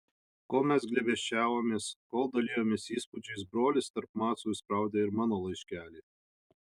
kol mes glėbesčiavomės kol dalijomės įspūdžiais brolis tarp macų įspraudė ir mano laiškelį